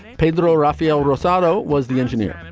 pedro rafael rosado was the engineer. and